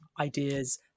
ideas